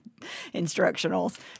Instructionals